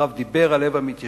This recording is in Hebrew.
הרב דיבר על לב המתיישבים,